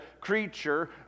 creature